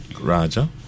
Raja